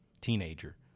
teenager